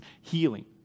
healing